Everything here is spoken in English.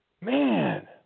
Man